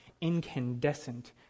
incandescent